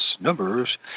numbers